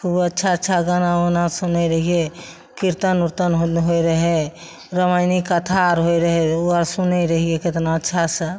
खूब अच्छा अच्छा गाना वाना सुनय रहियै कीर्तन उर्तन होइ रहय रामायणी कथा अर होइ रहय उ अर सुनय रहियै केतना अच्छासँ